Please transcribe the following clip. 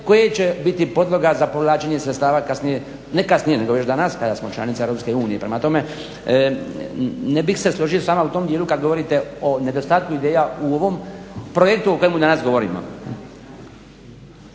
koje će biti podloga za povlačenje sredstava kasnije, ne kasnije nego još danas kada smo članica EU. Prema tome, ne bih se složio sa vama u tom dijelu kad govorite o nedostatku ideja u ovom projektu o kojemu danas govorimo.